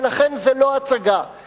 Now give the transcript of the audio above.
ולכן זה לא הצגה.